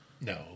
No